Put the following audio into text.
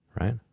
right